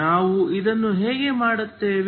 ನಾವು ಇದನ್ನು ಹೇಗೆ ಮಾಡುತ್ತೇವೆ